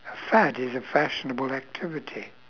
fad is a fashionable activity